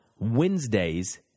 Wednesdays